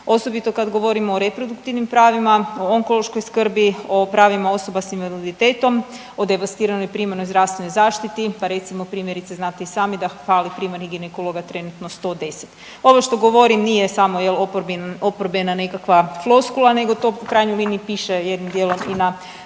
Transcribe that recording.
osobito kad govorimo o reproduktivnim pravima, o onkološkoj skrbi, o pravima osoba s invaliditetom, o devastiranoj primarnoj zdravstvenoj zaštiti, pa recimo primjerice znate i sami da fali primarnih ginekologa trenutno 110. ovo što govorim nije samo oporbina nekakva floskula nego to u krajnjoj liniji piše jednim dijelom i na